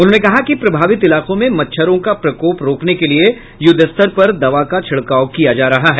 उन्होंने कहा कि प्रभावित इलाकों में मच्छरों का प्रकोप रोकने के लिये युद्धस्तर पर दवा का छिड़काव किया जा रहा है